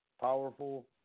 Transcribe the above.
Powerful